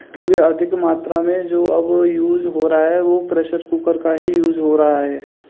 क्योंकि अधिक मात्रा में जो अब यूज़ हो रहा है वो प्रेशर कूकर का ही यूज़ हो रहा है